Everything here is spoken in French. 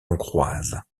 hongroise